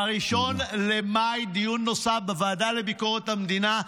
ב-1 במאי דיון נוסף בוועדה לביקורת המדינה.